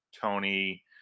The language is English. Tony